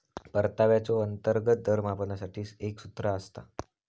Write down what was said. परताव्याचो अंतर्गत दर मापनासाठी एक सूत्र असता